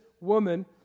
woman